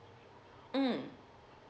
mm